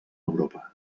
europa